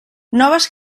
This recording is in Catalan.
noves